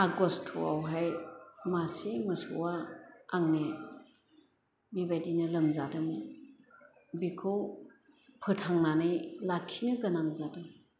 August आवहाइ मासे मोसौवा आंनि बेबायदिनो लोमजादोंमोन बिखौ फोथांनानै लाखिनो गोनां जादों